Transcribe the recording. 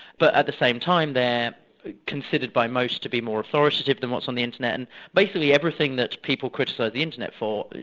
but at the same time they're considered by most to be more authoritative than what's on the internet, and basically everything that people criticise the internet for,